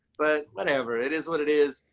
but whatever! it is what it is,